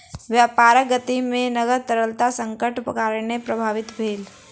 व्यापारक गति में नकद तरलता संकटक कारणेँ प्रभावित भेल